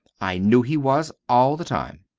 i knew he was, all the time.